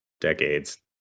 decades